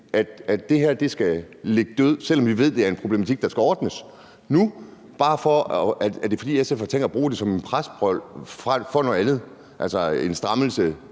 at det her skal ligge dødt, selv om vi ved, det er en problematik, der skal ordnes nu? Er det, fordi SF har tænkt sig at bruge det som en presbold for noget andet, altså en stramning